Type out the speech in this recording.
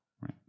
right